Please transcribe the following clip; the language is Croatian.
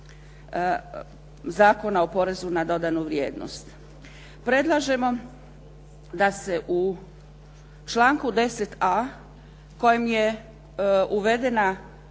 Zakona na dodanu vrijednost. Predlažemo da se u članku 10.a kojem je uvedena